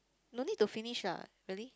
no need to finish lah really